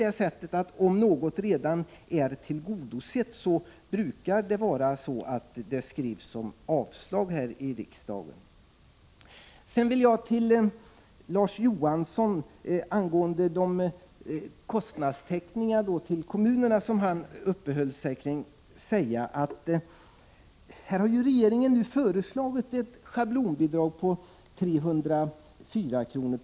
Men om ett yrkande redan är tillgodosett brukar skrivningen utmynna i en avstyrkan här i riksdagen. Till Larz Johansson, som uppehöll sig vid kostnadstäckningen för kommunernas verksamhet på detta område, vill jag säga följande. Regeringen har nu föreslagit ett schablonbidrag om 304 kr.